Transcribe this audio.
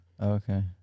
Okay